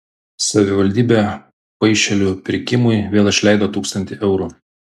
savivaldybė paišelių pirkimui vėl išleido tūkstantį eurų